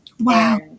Wow